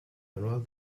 manual